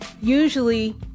usually